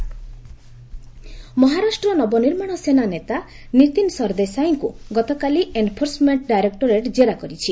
ସାରଦା ସାଇ loan case Maharashtra Navnirman Sena ନେତା ନିତିନ୍ ସରଦେଶାଇଙ୍କୁ ଗତକାଲି ଏନ୍ଫୋର୍ସମେଣ୍ଟ ଡାଇରେକ୍ଟୋରେଟ୍ ଜେରା କରିଛି